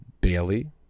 Bailey